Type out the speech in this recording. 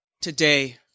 today